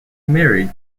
married